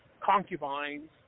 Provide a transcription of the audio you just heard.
concubines